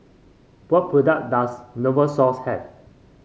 what products does Novosource have